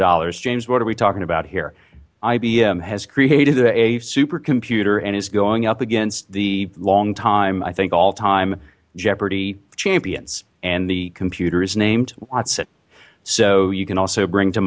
dollars james what are we talking about here ibm has created a super computer and is going up against the long time i think all time jeopardy champions and the computer is named watson so you can also bring to